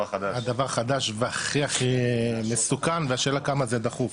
החדש והכי הכי מסוכן והשאלה כמה זה דחוף.